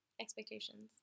expectations